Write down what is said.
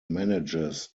manages